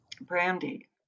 brandy